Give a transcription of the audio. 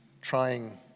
trying